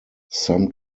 some